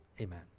Amen